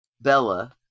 Bella